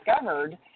discovered